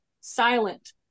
silent